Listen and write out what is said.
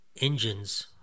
engines